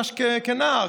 ממש כנער,